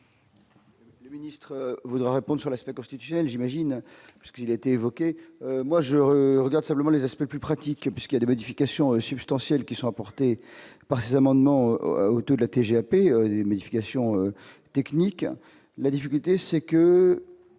Le ministre voudrait prendre sur l'aspect constitutionnel j'imagine parce qu'il était évoqué, moi je regarde simplement les aspects plus pratique parce qu'il y a des modifications substantielles qui sont apportées par ces amendements hauteur de la TGAP médication technique, la difficulté, c'est que